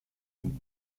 mines